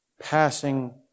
passing